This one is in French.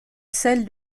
celle